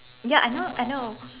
ya I know I know